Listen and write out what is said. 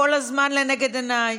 כל הזמן לנגד עיניי,